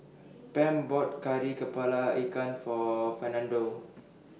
Pam bought Kari Kepala Ikan For Fernando